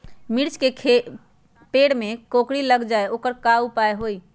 मिर्ची के पेड़ में कोकरी लग जाये त वोकर उपाय का होई?